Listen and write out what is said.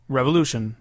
Revolution